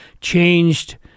changed